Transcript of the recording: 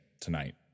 tonight